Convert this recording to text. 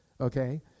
Okay